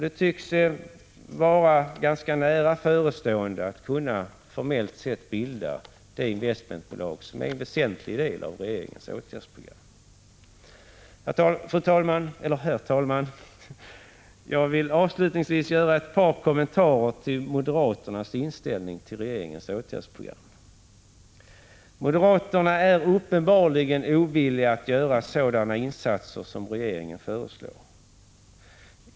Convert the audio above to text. Det tycks vara ganska nära föreståen 47 de att formellt kunna bilda detta investmentbolag, som är en väsentlig del av regeringens åtgärdsprogram. Herr talman! Jag vill avslutningsvis göra ett par kommentarer till moderaternas inställning till regeringens åtgärdsprogram. Moderaterna är uppenbarligen ovilliga att göra sådana insatser som regeringen föreslår.